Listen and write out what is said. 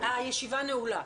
הישיבה נעולה.